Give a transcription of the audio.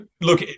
look